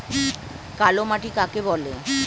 কালো মাটি কাকে বলে?